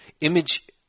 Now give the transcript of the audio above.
Image –